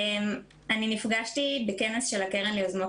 אני נפגשתי בכנס של הקרן ליוזמות